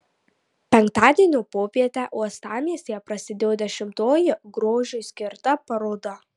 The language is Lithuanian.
penktadienio popietę uostamiestyje prasidėjo dešimtoji grožiui skirta paroda